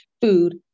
food